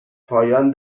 پایان